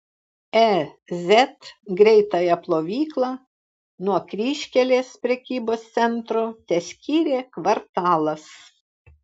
e z greitąją plovyklą nuo kryžkelės prekybos centro teskyrė kvartalas